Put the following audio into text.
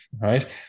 right